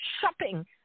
shopping